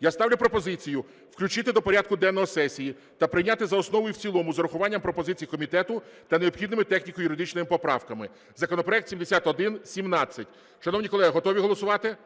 Я ставлю пропозицію включити до порядку денного сесії та прийняти за основу і в цілому з урахуванням пропозицій комітету та необхідними техніко-юридичними поправками законопроект 7117. Шановні колеги, готові голосувати?